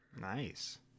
Nice